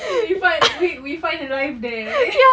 we fi~ we find a life there right